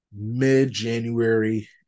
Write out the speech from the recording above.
mid-January